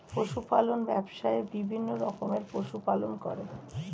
পশু পালন ব্যবসায়ে বিভিন্ন রকমের পশু পালন করে